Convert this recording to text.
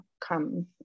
come